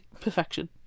perfection